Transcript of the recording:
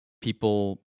people